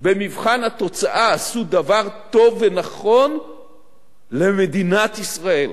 עשו דבר טוב ונכון למדינת ישראל,